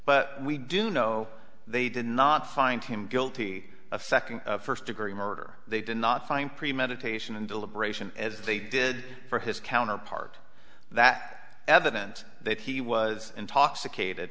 but we do know they did not find him guilty of second first degree murder they did not find premeditation and deliberation as they did for his counterpart that evidence that he was intoxicated